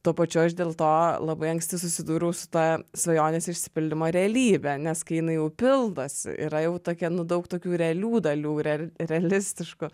tuo pačiu aš dėl to labai anksti susidūriau su ta svajonės išsipildymo realybe nes kai jinai jau pildosi yra jau tokia nu daug tokių realių dalių re realistiškų